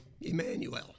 Emmanuel